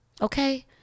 Okay